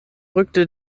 rückte